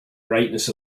brightness